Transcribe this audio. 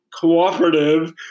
cooperative